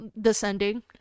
descending